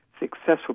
successful